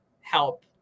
help